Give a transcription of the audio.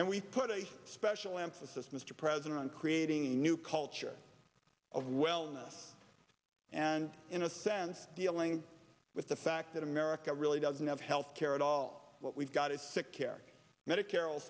and we put a special emphasis mr president on creating a new culture of well in this and in a sense dealing with the fact that america really doesn't have health care at all what we've got is sick care medicare